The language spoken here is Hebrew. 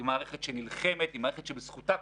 בתוצאה,